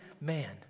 man